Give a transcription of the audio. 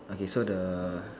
okay so the